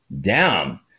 down